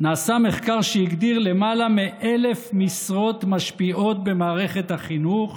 נעשה מחקר שהגדיר למעלה מ-1,000 משרות משפיעות במערכת החינוך,